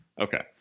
okay